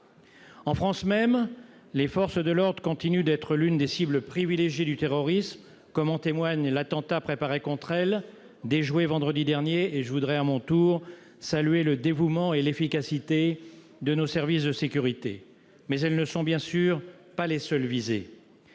en France même les forces de l'ordre, continue d'être l'une des cibles privilégiées du terrorisme, comme en témoigne l'attentat préparé contre elle, déjouée vendredi dernier et je voudrais à mon tour, salué le dévouement et l'efficacité de nos services de sécurité, mais elles ne sont bien sûr pas les seuls visés,